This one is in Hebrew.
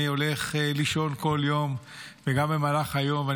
כשאני הולך לישון כל יום וגם במהלך היום אני